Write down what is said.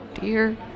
Dear